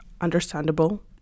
understandable